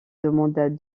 demanda